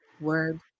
word